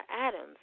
Adams